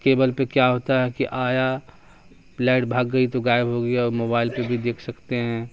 cable پہ کیا ہوتا ہے کہ آیا لائٹ بھاگ گئی تو غائب ہو گیا موبائل پہ بھی دیکھ سکتے ہیں